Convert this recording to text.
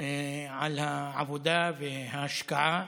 על העבודה והשקעה.